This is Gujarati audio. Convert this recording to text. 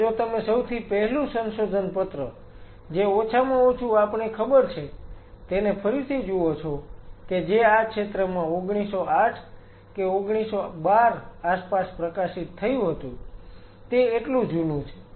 અને જો તમે સૌથી પહેલુ સંશોધનપત્ર જે ઓછામાં ઓછું આપણે ખબર છે તેને ફરીથી જુઓ છો કે જે આ ક્ષેત્રમાં 1908 કે 1912 આસપાસ પ્રકાશિત થયું હતું તે એટલું જુનું છે